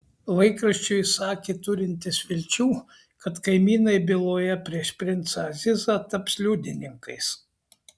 laikraščiui jis sakė turintis vilčių kad kaimynai byloje prieš princą azizą taps liudininkais